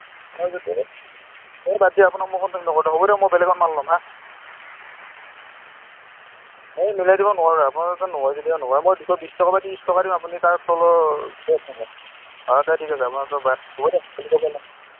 এ বাদ দিয়ক আপোনাক মই কণ্টেক্ট নকৰোঁ হ'ব দিয়ক মই বেলেগত মাল ল'ম হা এই মিলাই দিব নোৱাৰে আপোনাৰ তাতে নহয় যদি নোৱাৰোঁ মই দুশ বিশ টকা বা ত্ৰিছ টকা দিম আপুনি তাৰ তলত অ' ঠিক আছে